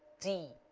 d